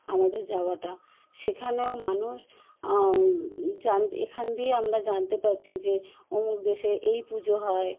আমাদের যাওয়াটা সেখানেও মানুষ যান এখান দিয়ে আমরা জানতে পারছি যে অমুক দেশে এই পুজো হয়